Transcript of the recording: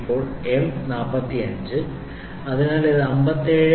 ഇപ്പോൾ M 45 അതിനാൽ ഇത് 57